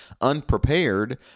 unprepared